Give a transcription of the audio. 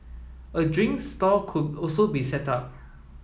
a drink stall could also be set up